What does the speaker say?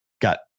Got